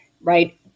right